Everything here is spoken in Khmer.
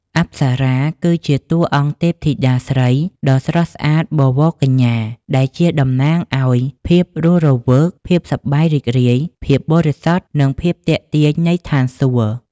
អប្សរា គឺជាតួអង្គទេពធីតាស្រីដ៏ស្រស់ស្អាតបវរកញ្ញា ដែលជាតំណាងឲ្យភាពរស់រវើក ភាពសប្បាយរីករាយ ភាពបរិសុទ្ធ និងភាពទាក់ទាញនៃស្ថានសួគ៌។